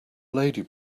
lady